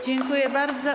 Dziękuję bardzo.